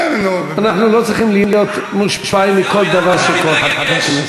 אנחנו לא צריכים להיות מושפעים מכל דבר שכל חבר כנסת,